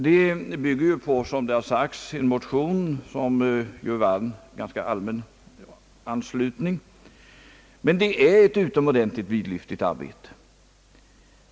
Den bygger på det som har sagts i en motion, som har vunnit ganska allmän anslutning, men det är ju här fråga om ett utomordentligt vidlyftigt arbete.